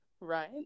Right